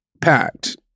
packed